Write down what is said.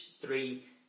three